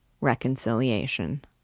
reconciliation